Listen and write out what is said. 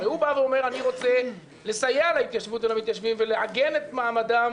הרי הוא בא ואומר: אני רוצה לסייע להתיישבות ולמתיישבים ולעגן את מעמדם,